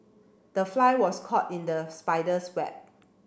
the fly was caught in the spider's web